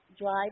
drive